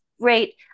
great